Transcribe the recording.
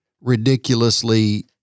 ridiculously